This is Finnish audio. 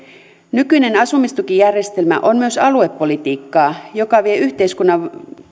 nykyinen asumistukijärjestelmä on myös aluepolitiikkaa joka vie yhteiskunnan